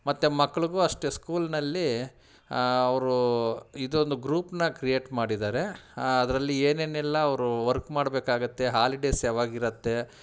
ಮತ್ತೆ ಮಕ್ಳಿಗೂ ಅಷ್ಟೇ ಸ್ಕೂಲ್ನಲ್ಲಿ ಅವರು ಇದೊಂದು ಗ್ರೂಪನ್ನ ಕ್ರಿಯೇಟ್ ಮಾಡಿದ್ದಾರೆ ಅದರಲ್ಲಿ ಏನೇನೆಲ್ಲ ಅವರು ವರ್ಕ್ ಮಾಡಬೇಕಾಗತ್ತೆ ಹಾಲಿಡೇಸ್ ಯಾವಾಗಿರತ್ತೆ